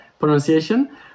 pronunciation